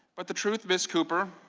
but the truth, ms. cooper,